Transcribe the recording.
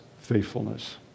faithfulness